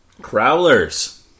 Crowlers